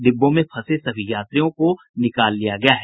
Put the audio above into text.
डिब्बों में फंसे सभी यात्रियों को निकाल लिया गया है